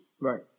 Right